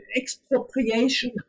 expropriation